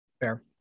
Fair